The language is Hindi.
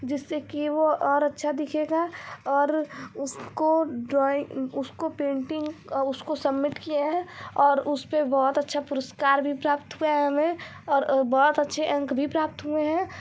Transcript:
जिससे कि वो और अच्छा दिखेगा और उसको ड्रोइ उसको पेंटिंग उसको सम्मिट किए हैं और उस पर बहुत अच्छा पुरस्कार भी प्राप्त हुवा है हमें और बहुत अच्छे अंक भी प्राप्त हुए हैं